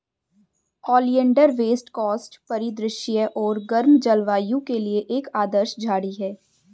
oleander west coast परिदृश्य और गर्म जलवायु के लिए एक आदर्श झाड़ी है